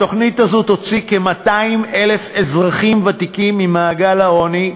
התוכנית הזאת תוציא כ-200,000 אזרחים ותיקים ממעגל העוני.